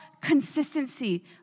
consistency